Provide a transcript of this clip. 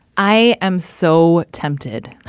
i am so tempted